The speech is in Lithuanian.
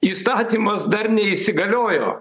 įstatymas dar neįsigaliojo